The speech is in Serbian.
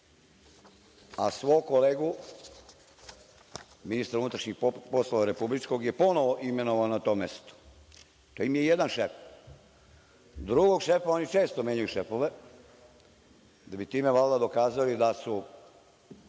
a svog kolegu ministra unutrašnjih poslova republičkog je ponovo imenovao na to mesto. To im je jedan šef. Drugog šefa, oni često menjaju šefove, da bi time dokazali da su